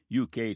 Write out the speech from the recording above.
UK